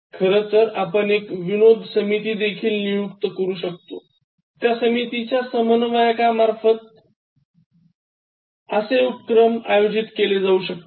खरं तर आपण एक विनोद समिती देखील नियुक्त करू शकता त्या समितीच्या समन्व्यकामार्फत आहे उपक्रम आयोजित केले जाऊ शकतात